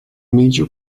major